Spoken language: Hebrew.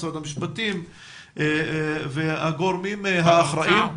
משרד המשפטים ואת הגורמים האחראיים.